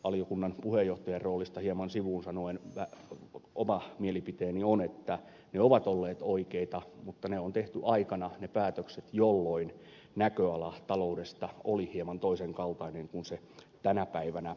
valiokunnan puheenjohtajan roolista hieman sivuun sanoen oma mielipiteeni on että ne päätökset ovat olleet oikeita mutta ne on tehty aikana jolloin näköala taloudesta oli hieman toisen kaltainen kuin se tänä päivänä on